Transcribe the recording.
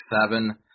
seven